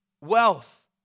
Wealth